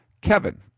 Kevin